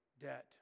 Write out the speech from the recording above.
debt